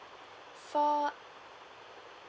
for